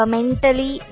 Mentally